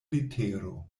letero